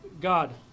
God